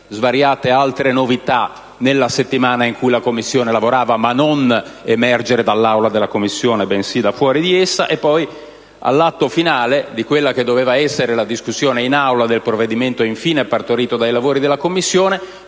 svariate altre novità nella settimana in cui la Commissione lavorava, ma non emerse dall'aula dalla Commissione, bensì da fuori di essa. Poi, all'atto finale di quella che doveva essere la discussione in Aula del provvedimento infine partorito dai lavori della Commissione,